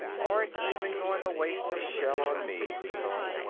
aren't even going to waste a shell on me, he thought.